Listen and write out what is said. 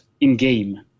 in-game